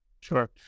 Sure